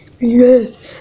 Yes